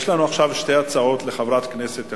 יש לנו עכשיו שתי הצעות לסדר-היום של חברת כנסת אחת.